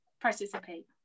participate